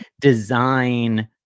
design